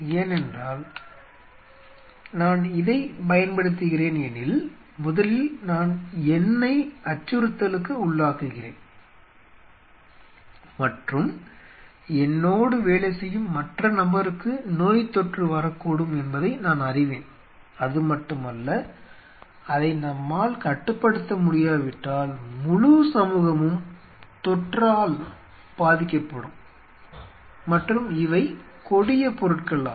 ஏனென்றால் நான் இதைப் பயன்படுத்துகிறேன் எனில் முதலில் நான் என்னை அச்சுறுத்தலுக்கு உள்ளாக்குகிறேன் மற்றும் என்னோடு வேலை செய்யும் மற்ற நபருக்கு நோய்த்தொற்று வரக்கூடும் என்பதை நான் அறிவேன் அதுமட்டுமல்ல அதை நம்மால் கட்டுப்படுத்த முடியாவிட்டால் முழு சமூகமும் தொற்றால் பாதிக்கப்படும் மற்றும் இவை கொடிய பொருட்கள் ஆகும்